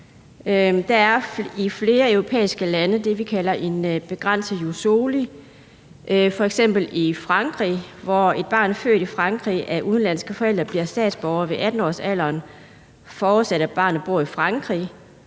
Der er i flere europæiske lande det, vi kalder en begrænset jus soli, f.eks. i Frankrig, hvor et barn født i Frankrig af udenlandske forældre bliver statsborgere ved 18-årsalderen, forudsat at barnet bor i Frankrig